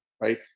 right